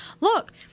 look